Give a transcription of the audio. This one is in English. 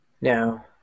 No